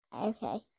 Okay